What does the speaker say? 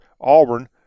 Auburn